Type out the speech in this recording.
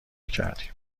کردیم